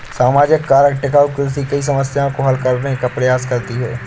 सामाजिक कारक टिकाऊ कृषि कई समस्याओं को हल करने का प्रयास करती है